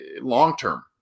long-term